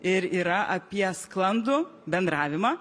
ir yra apie sklandų bendravimą